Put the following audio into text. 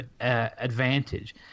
advantage